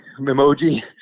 emoji